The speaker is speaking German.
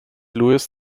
lewis